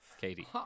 Katie